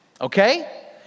okay